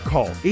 Call